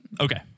Okay